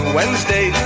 Wednesday